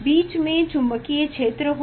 बीच में चुंबकीय क्षेत्र होगा